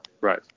Right